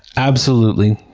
absolutely.